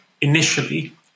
initially